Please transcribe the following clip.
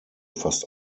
fast